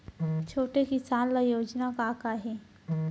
छोटे किसान ल योजना का का हे?